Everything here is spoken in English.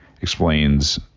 explains